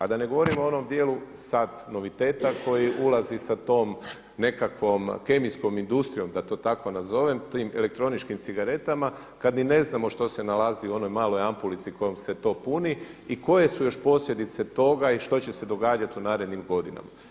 A da ne govorim o onom dijelu sada noviteta koji ulazi sa tom nekakvom kemijskom industrijom da to tako nazovem, tim elektroničkim cigaretama kada ni ne znamo što se nalazi u onoj maloj ampulici kojom se to puni i koje su još posljedice toga i što će se događati u narednim godinama.